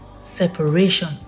separation